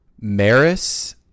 Maris